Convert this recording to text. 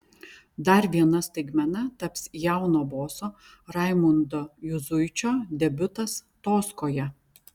dar viena staigmena taps jauno boso raimundo juzuičio debiutas toskoje